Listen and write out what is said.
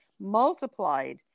multiplied